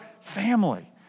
family